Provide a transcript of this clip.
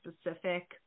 specific